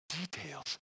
details